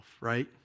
right